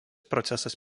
procesas